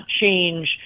change